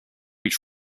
each